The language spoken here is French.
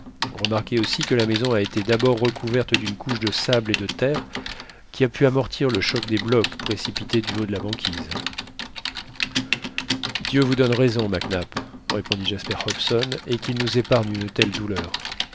remarquez aussi que la maison a été d'abord recouverte d'une couche de sable et de terre qui a pu amortir le choc des blocs précipités du haut de la banquise dieu vous donne raison mac nap répondit jasper hobson et qu'il nous épargne une telle douleur